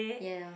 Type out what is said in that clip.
ya